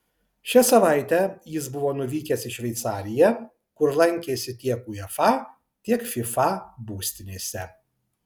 šią savaitę jis buvo nuvykęs į šveicariją kur lankėsi tiek uefa tiek fifa būstinėse